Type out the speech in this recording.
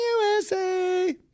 USA